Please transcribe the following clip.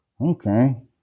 Okay